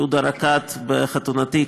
יהודה רקד בחתונתי.